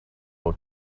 look